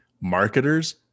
marketers